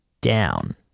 down